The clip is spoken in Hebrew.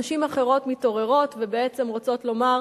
נשים אחרות מתעוררות ובעצם רוצות לומר: